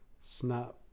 Snap